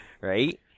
Right